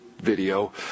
video